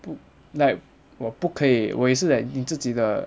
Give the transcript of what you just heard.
不 like 我不可以我也是 like 你自己的